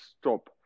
stop